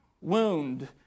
wound